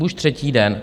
Už třetí den!